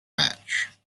match